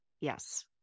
yes